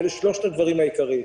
אלה שלושת הדברים העיקריים.